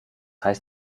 heißt